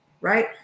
right